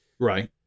Right